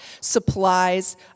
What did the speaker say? supplies